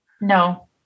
No